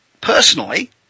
personally